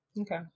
Okay